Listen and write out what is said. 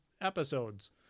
episodes